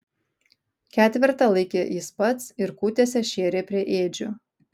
ketvertą laikė jis pats ir kūtėse šėrė prie ėdžių